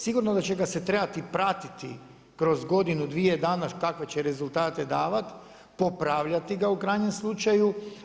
Sigurno da će ga se trebati i pratiti kroz godinu, dvije dana kakve će rezultat davati, popravljati ga u krajnjem slučaju.